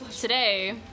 today